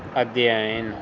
ਅਧਿਐਨ